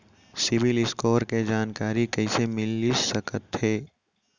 CIBIL score के जानकारी कइसे मिलिस सकथे?